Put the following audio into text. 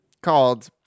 called